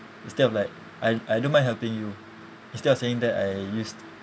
instead of like I I don't mind helping you instead of saying that I used